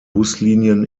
buslinien